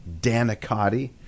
danicotti